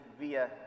via